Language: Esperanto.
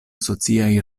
sociaj